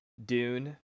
dune